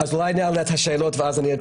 אז אולי נעלה את השאלות ואז אני...